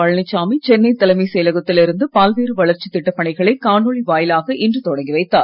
பழனிசாமி சென்னை தலைமைச் செயலகத்தில் இருந்து பல்வேறு வளர்ச்சித் திட்ட பணிகளை காணொலி வாயிலாக இன்று தொடங்கி வைத்தார்